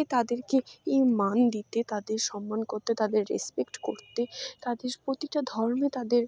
এ তাদেরকে এই মান দিতে তাদের সম্মান করতে তাদের রেসপেক্ট করতে তাদের প্রতিটা ধর্মে তাদের